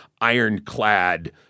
ironclad